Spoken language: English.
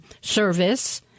service